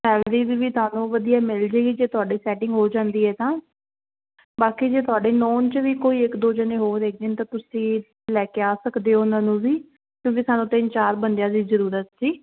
salary ਵੀ ਤੁਹਾਨੂੰ ਵਧੀਆ ਮਿਲ ਜਾਏਗੀ ਜੇ ਤੁਹਾਡੇ ਸੈਟਿੰਗ ਹੋ ਜਾਂਦੀ ਹੈ ਤਾਂ ਬਾਕੀ ਜੇ ਤੁਹਾਡੇ ਨੋਨ 'ਚ ਵੀ ਕੋਈ ਇੱਕ ਦੋ ਜਣੇ ਹੋਰ ਹੈਗੇ ਤਾਂ ਤੁਸੀਂ ਲੈ ਕੇ ਆ ਸਕਦੇ ਹੋ ਉਹਨਾਂ ਨੂੰ ਵੀ ਕਿਉਂਕਿ ਸਾਨੂੰ ਤਿੰਨ ਚਾਰ ਬੰਦਿਆਂ ਦੀ ਜ਼ਰੂਰਤ ਸੀ